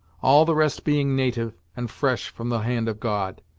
all the rest being native, and fresh from the hand of god.